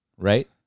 right